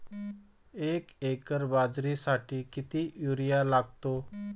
एक एकर बाजरीसाठी किती युरिया लागतो?